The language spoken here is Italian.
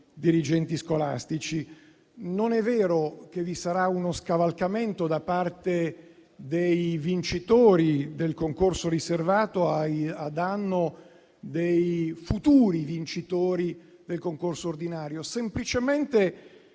dirigenti scolastici. Non è vero che vi sarà uno scavalcamento da parte dei vincitori del concorso riservato a danno dei futuri vincitori del concorso ordinario, semplicemente